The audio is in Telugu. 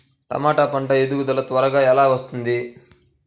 టమాట పంట ఎదుగుదల త్వరగా ఎలా వస్తుంది?